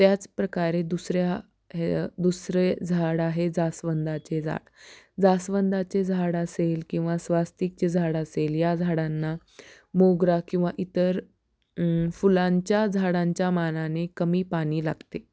त्याचप्रकारे दुसऱ्या हे दुसरे झाड आहे जास्वंदाचे झाड जास्वंदाचे झाड असेल किंवा स्वास्तिकचे झाड असेल या झाडांना मोगरा किंवा इतर फुलांच्या झाडांच्या मानाने कमी पाणी लागते